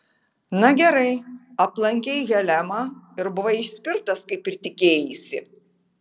na gerai aplankei helemą ir buvai išspirtas kaip ir tikėjaisi